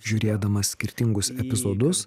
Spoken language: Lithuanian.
žiūrėdamas skirtingus epizodus